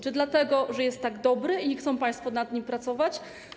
Czy dlatego, że jest tak dobry i nie chcą państwo nad nim pracować?